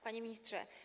Panie Ministrze!